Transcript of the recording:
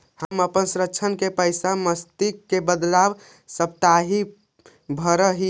हम अपन ऋण के पैसा मासिक के बदला साप्ताहिक भरअ ही